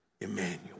Emmanuel